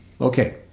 Okay